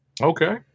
Okay